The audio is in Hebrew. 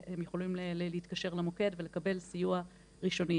שהם יכולים להתקשר למוקד ולקבל סיוע ראשוני.